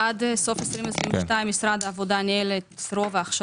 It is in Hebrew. עד סוף 22' משרד העבודה ניהל את רוב ההכשרות,